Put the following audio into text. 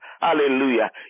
Hallelujah